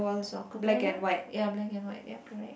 soccer ball ah ya black and white ya correct